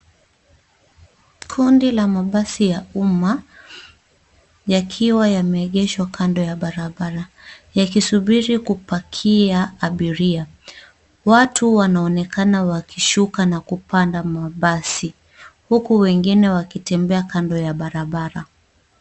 Kundi la mabasi ya umma yakiwa yameegeshwa kando ya barabara wakisubiri kupikia abiria. Watu wanaonekana wakishuka na kupanda mabasi huku wengine wakitembea kando ya barabara.